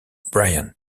bryant